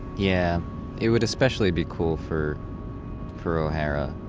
yeah it would especially be cool for for o'hara,